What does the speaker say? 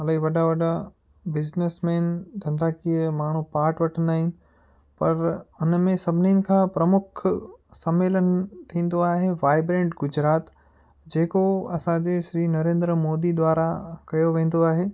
इलाही वॾा वॾा बिजनेसमेन धंधाकीअ माण्हू पाट वठंदा आहिनि पर हुन में सभिनिनि खां प्रमुख सम्मेलन थींदो आहे वाएब्रेंट गुजरात जेको असांजे श्री नरेन्द्र मोदी द्वारा कयो वेंदो आहे